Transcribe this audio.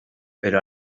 pero